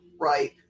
Right